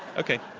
okay.